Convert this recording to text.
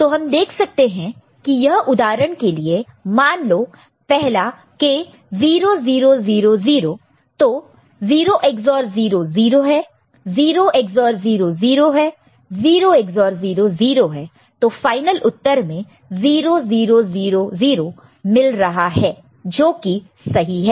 तो हम देख सकते हैं कि यह उदाहरण के लिए मान लो पहला के 0000 तो 0 XOR 0 0 है 0 XOR 0 0 है 0 XOR 0 0 है तो फाइनल उत्तर में 0 0 0 0 मिल रहा है जो कि सही है